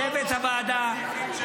לצוות הוועדה,